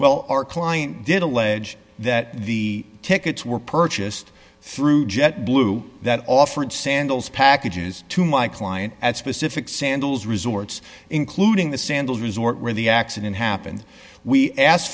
well our client did allege that the tickets were purchased through jet blue that offered sandals packages to my client at specific sandals resorts including the sandals resort where the accident happened we asked